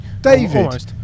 David